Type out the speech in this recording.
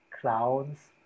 clowns